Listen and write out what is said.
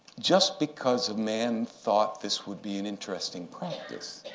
just because a man thought this would be an interesting practice,